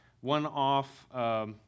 one-off